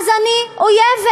אז אני אויבת.